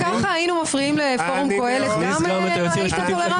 אם ככה היינו מפריעים לפורום קהלת גם לא היית טולרנטי?